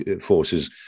forces